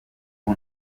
ubu